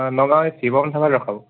অঁ নগাঁও এই শিৱম ধাবাত ৰখাব